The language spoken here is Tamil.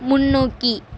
முன்னோக்கி